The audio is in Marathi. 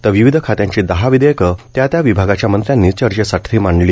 तर विविध खात्यांची दहा विधेयकं त्या त्या विभागाच्या मंत्र्यांनी चर्चेसाठी मांडली